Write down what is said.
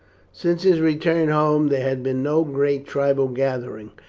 since his return home there had been no great tribal gathering,